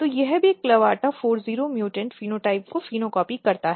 तो यह भी clavata40 म्युटेंट फेनोटाइप को phenocopy करता है